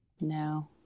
No